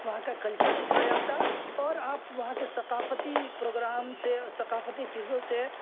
وہاں کا کلچر دکھایا جاتا ہے اور آپ وہاں کے ثقافتی پروگرام سے ثقافتی چیزوں سے اور